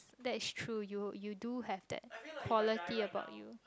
that is true you you do have that quality about you